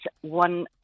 one